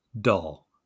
dull